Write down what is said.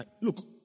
Look